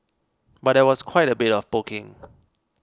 but there was quite a bit of poking